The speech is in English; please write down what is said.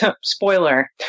Spoiler